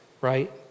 right